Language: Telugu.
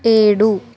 ఏడు